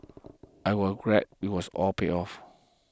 I was glad it was all paid off